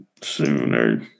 sooner